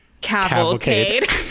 Cavalcade